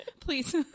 please